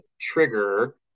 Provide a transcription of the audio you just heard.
trigger